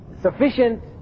sufficient